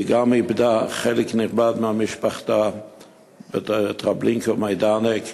היא גם איבדה חלק נכבד ממשפחתה בטרבלינקה ובמיידנק,